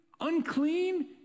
unclean